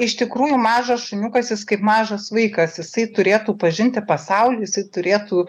iš tikrųjų mažas šuniukas jis kaip mažas vaikas jisai turėtų pažinti pasaulį jisai turėtų